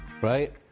right